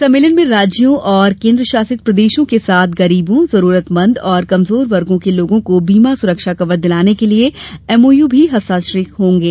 सम्मेलन में राज्यों और केन्द्र शासित प्रदेशों के साथ गरीबों जरूरतमंद और कमजोर वर्गों के लोगों को बीमा सुरक्षा कवर दिलाने के लिये एमओयू भी हस्ताक्षरित होंगे